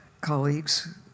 colleagues